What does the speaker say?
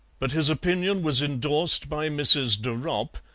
but his opinion was endorsed by mrs. de ropp,